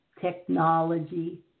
technology